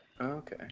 okay